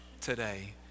today